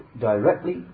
directly